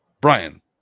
Brian